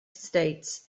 states